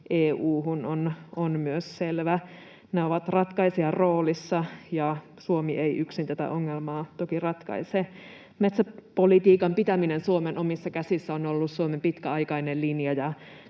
EU:hun on selvä. Ne ovat ratkaisijan roolissa, ja Suomi ei yksin tätä ongelmaa toki ratkaise. Metsäpolitiikan pitäminen Suomen omissa käsissä on ollut Suomen pitkäaikainen linja,